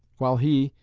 while he,